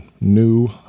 new